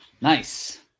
Nice